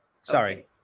Sorry